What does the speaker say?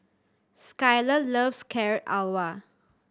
Skyler loves Carrot Halwa